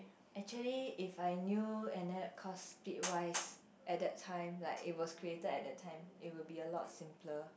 actually if I knew an App called Splitwise at that time like it was created at that time it will be a lot simpler